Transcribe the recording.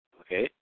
okay